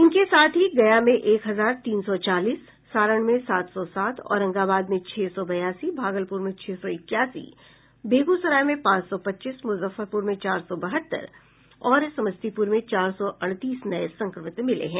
इसके साथ ही गया में एक हजार तीन सौ चालीस सारण में सात सौ सात औरंगाबाद में छह सौ बयासी भागलप्र में छह सौ इक्यासी बेगूसराय में पांच सौ पच्चीस मुजफ्फरपुर में चार सौ बहत्तर और समस्तीपुर में चार सौ अड़तीस नये संक्रमित मिले हैं